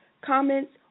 comments